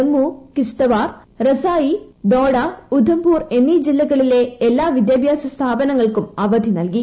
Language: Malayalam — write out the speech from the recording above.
ജമ്മുകിശ്തവാർ റസായി ദോഡ ഉദ്ദംപൂർ എന്നീ ജില്ലകളിലെ എല്ലാ വിദ്യാഭ്യാസ സ്ഥാപനങ്ങൾക്കും അവധി നൽകി